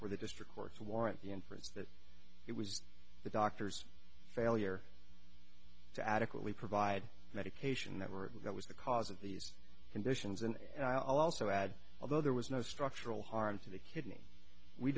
for the district court's warrant the inference that it was the doctor's failure to adequately provide medication that were that was the cause of these conditions and i'll also add although there was no structural harm to the kidney we